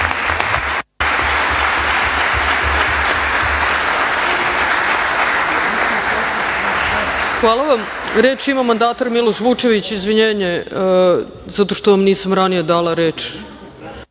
Hvala vam. Reč ima mandatar Miloš Vučević. Izvinjenje zato što vam nisam ranije dala reč.